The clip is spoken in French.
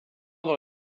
dans